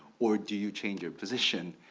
or do you change your position,